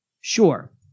sure